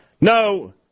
No